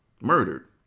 murdered